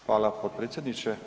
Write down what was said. Hvala potpredsjedniče.